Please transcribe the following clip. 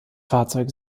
fahrzeug